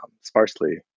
sparsely